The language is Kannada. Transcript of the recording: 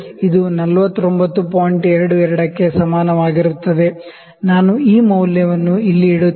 22 ಕ್ಕೆ ಸಮಾನವಾಗಿರುತ್ತದೆ ನಾನು ಈ ಮೌಲ್ಯವನ್ನು ಇಲ್ಲಿ ಇಡುತ್ತೇನೆ